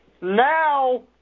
now